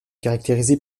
caractérisée